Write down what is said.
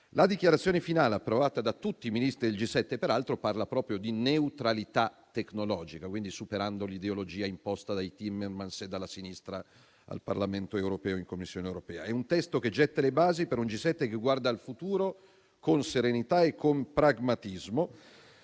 La dichiarazione finale, approvata da tutti i Ministri del G7, peraltro parla proprio di neutralità tecnologica, quindi superando l'ideologia imposta dai Timmermans e dalla sinistra al Parlamento europeo e in Commissione europea. È un testo che getta le basi per un G7 che guarda al futuro con serenità e con pragmatismo: